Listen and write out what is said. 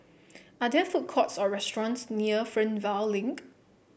are there food courts or restaurants near Fernvale Link